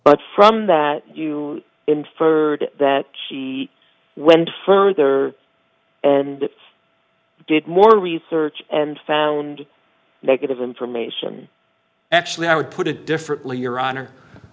but from that you inferred that she went further and did more research and found negative information actually i would put it differently your honor